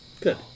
Good